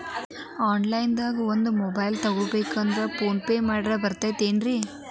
Online ದಾಗ ಒಂದ್ mobile ತಗೋಬೇಕ್ರಿ ಫೋನ್ ಪೇ ಮಾಡಿದ್ರ ಬರ್ತಾದೇನ್ರಿ?